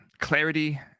clarity